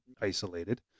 isolated